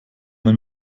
wenn